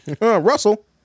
Russell